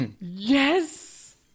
yes